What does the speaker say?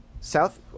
south